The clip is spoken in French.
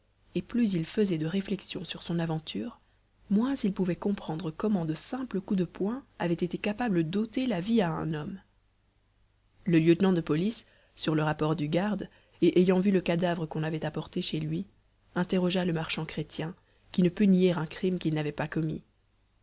et plus il faisait de réflexions sur son aventure moins il pouvait comprendre comment de simples coups de poing avaient été capables d'ôter la vie à un homme le lieutenant de police sur le rapport du garde et ayant vu le cadavre qu'on avait apporté chez lui interrogea le marchand chrétien qui ne put nier un crime qu'il n'avait pas commis